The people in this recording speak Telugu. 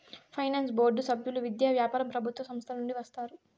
ఫైనాన్స్ బోర్డు సభ్యులు విద్య, వ్యాపారం ప్రభుత్వ సంస్థల నుండి వస్తారు